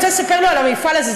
אני רוצה לספר לו על המפעל הזה.